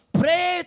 pray